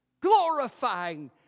glorifying